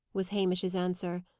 was hamish's answer.